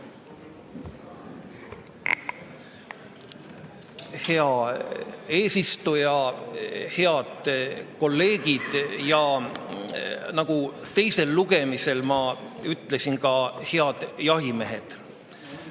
Hea eesistuja! Head kolleegid ja nagu ma teisel lugemisel samuti ütlesin, ka head jahimehed!